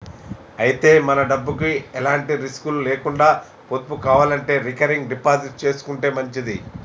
అయితే మన డబ్బుకు ఎలాంటి రిస్కులు లేకుండా పొదుపు కావాలంటే రికరింగ్ డిపాజిట్ చేసుకుంటే మంచిది